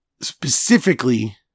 specifically